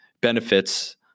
benefits